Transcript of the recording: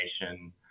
information